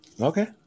okay